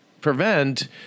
prevent